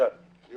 רק